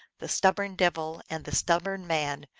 the stubborn devil and the stubborn man,